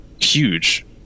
huge